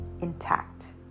intact